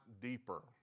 deeper